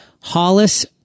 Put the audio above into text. Hollis